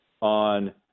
on